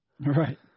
Right